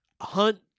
hunt